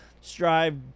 strive